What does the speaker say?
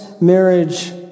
marriage